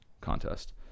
contest